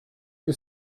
que